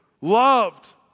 loved